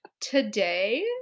Today